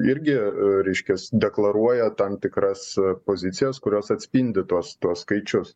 irgi reiškias deklaruoja tam tikras pozicijas kurios atspindi tuos tuos skaičius